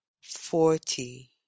forty